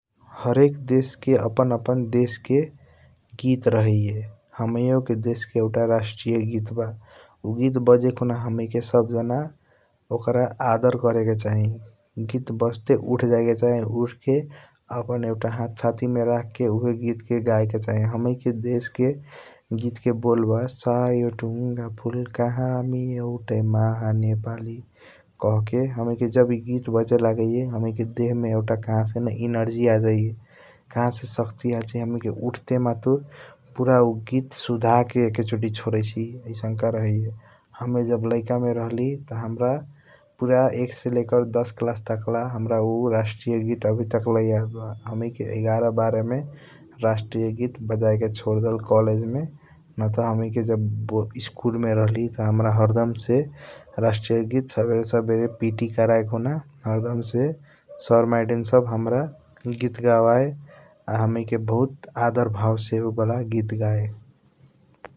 हरेक देश के अपना अपनादेश के गीत रहैया हमाइयों के देश के एउटा रासतिर्य गीत बा । उ गीत बजे खूना हमैके सब जाना ओकर आदर करएके चाही गीत बजते उठा जायके चाही । उठ अपना एउटा हाथ सती मे रखा के उ हाय गीत गएके चाही हम्नीके देश के गीत के बोल ब । सायों थउगा फुल्का हामी एउटा माहा नेपाली कहके हणीके जब ई गीत बजे लागैया हमणिके देह मे कहा से एउटा एनर्जी । आजाइया कहा से सकती आजाइया हम्नीके उठाते मातुर पूरा उ गीत सुद्धा के एकचोटी क्षोर्राईसी आईसंक रहैया । हमे जब लाइक रहली त हाम्रा एक से लेके दस क्लास टाकला उ रस्टीय गीत आवी टाकला याद बा । हमैके एगर बार मे रस्टीय बाजीके क्षोरडेल कॉलेज मे नत अहमणिके स्कूल राहली त हरदम पट कराया खुना । हरदम से सर मैडम हाम्रा गीत गबया हमणिके अभूत अदर भयो से गीत गया ।